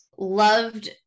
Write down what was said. loved